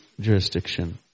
jurisdiction